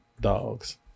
dogs